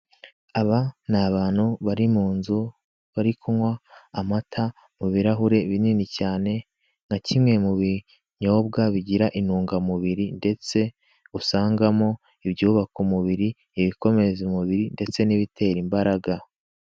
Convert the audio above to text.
Aba ni abantu bari mu nzu, bari kunywa amata mu birahure binini cyane, nka kimwe mu binyobwa bigira intungamubiri ndetse usangamo ibyubaka umubiri, ibikomeza umubiri, ndetse n'ibitera imbaraga.